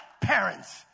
parents